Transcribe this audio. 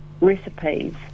recipes